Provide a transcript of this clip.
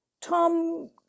Tom